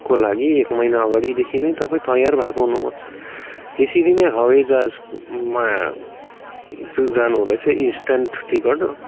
को लागि एक महिना अगाडिदेखि नै तपाईँ तयार भएको हुनुपर्छ त्यसरी नै हवाइजहाजमा जानु हुँदैछ इन्स्टान्ट टिकट